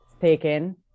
taken